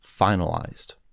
finalized